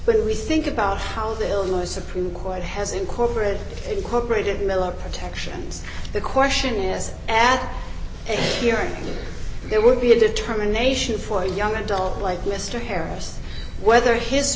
when we think about how the illinois supreme court has incorporated incorporated miller protections the question is at a hearing there would be a determination for young adult like mr harris whether his